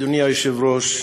אדוני היושב-ראש,